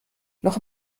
noch